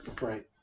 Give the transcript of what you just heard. Right